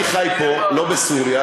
אני חי פה ולא בסוריה,